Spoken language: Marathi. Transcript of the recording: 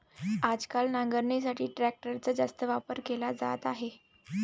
आजकाल नांगरणीसाठी ट्रॅक्टरचा जास्त वापर केला जात आहे